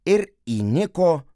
ir įniko